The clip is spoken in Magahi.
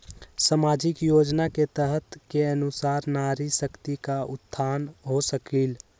सामाजिक योजना के तहत के अनुशार नारी शकति का उत्थान हो सकील?